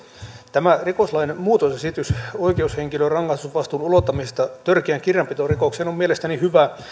tämä rikoslain muutosesitys oikeushenkilön rangaistusvastuun ulottamisesta törkeään kirjanpitorikokseen on mielestäni hyvä